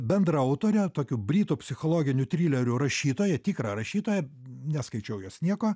bendraautorę tokių britų psichologinių trilerių rašytoją tikrą rašytoją neskaičiau jos nieko